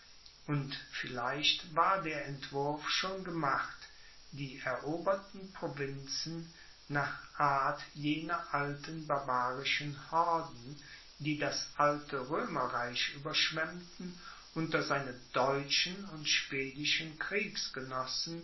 und vielleicht war der entwurf schon gemacht die eroberten provinzen nach art jener alten barbarischen horden die das alte römerreich überschwemmten unter seine deutschen und schwedischen